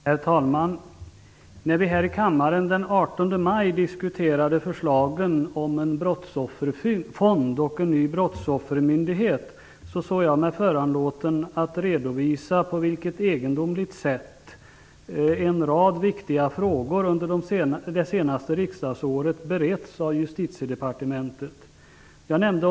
Herr talman! När vi här i kammaren den 18 maj diskuterade förslagen om en brottsofferfond och en ny brottsoffermyndighet såg jag mig föranlåten att redovisa på vilket egendomligt sätt en rad viktiga frågor under det senaste riksdagsåret beretts av Jag nämnde polisens omorganisation.